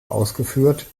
ausgeführt